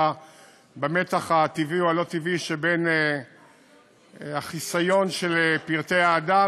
במתח הטבעי או הלא-טבעי שבין החיסיון של פרטי האדם